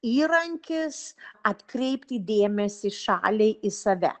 įrankis atkreipti dėmesį šaliai į save